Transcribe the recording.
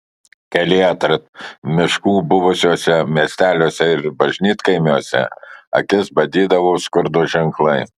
kelyje tarp miškų buvusiuose miesteliuose ir bažnytkaimiuose akis badydavo skurdo ženklai